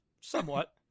somewhat